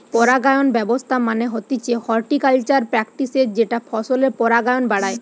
পরাগায়ন ব্যবস্থা মানে হতিছে হর্টিকালচারাল প্র্যাকটিসের যেটা ফসলের পরাগায়ন বাড়ায়